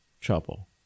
trouble